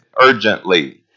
urgently